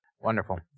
Wonderful